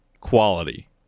quality